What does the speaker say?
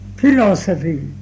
philosophy